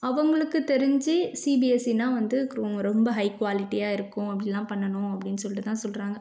அவங்களுக்கு தெரிஞ்சு சிபிஎஸ்சினால் வந்து ரொம்ப ஹை குவாலிட்டியாக இருக்கும் அப்படிலாம் பண்ணணும் அப்படின்னு சொல்லிட்டுதான் சொல்கிறாங்க